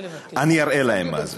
אראה להם מה זה.